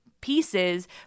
pieces